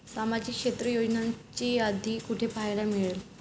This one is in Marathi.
सामाजिक क्षेत्र योजनांची यादी कुठे पाहायला मिळेल?